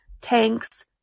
tanks